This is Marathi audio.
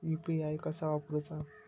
यू.पी.आय कसा वापरूचा?